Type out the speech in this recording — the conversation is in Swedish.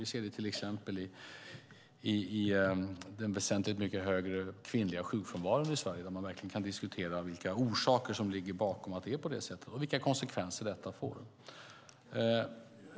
Vi ser det till exempel i den väsentligt högre kvinnliga sjukfrånvaron i Sverige där vi verkligen kan diskutera vilka orsaker som ligger bakom att det är så och vilka konsekvenser detta får.